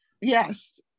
Yes